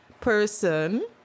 person